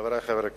חברי חברי הכנסת,